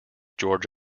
george